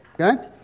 Okay